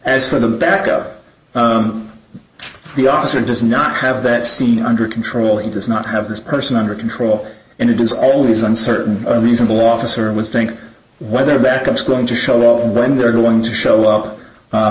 as for the back of the officer does not have that scene under control and does not have the person under control and it is always uncertain reasonable officer would think whether backups going to show up when they're going to show up